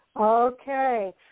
Okay